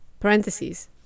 parentheses